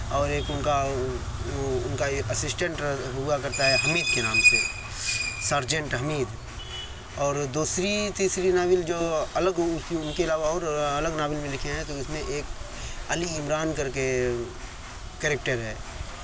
اور ایک ان کا ان کا ایک اسسٹینٹ ہوا کرتا ہے حمید کے نام سے سرجنٹ حمید اور دوسری تیسری ناول جو الگ ان کی ان کے علاوہ اور الگ ناول جو لکھے ہیں تو اس میں ایک علی عمران کر کے کریکٹر ہے